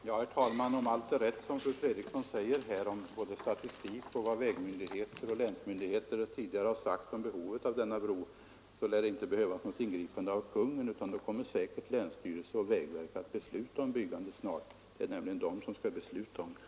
Herr talman! Om allt är rätt som fru Fredrikson säger här när det gäller både statistik och vad vägmyndigheter och länsmyndigheter tidigare har sagt om behovet av denna bro lär det inte behövas något ingripande av Kungl. Maj:t, utan då kommer säkerligen länsstyrelse och vägverk att snart besluta om byggande av bron. Det är nämligen de som skall besluta om detta.